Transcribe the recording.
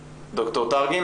ראייה,